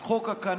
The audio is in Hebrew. את חוק הקנביס.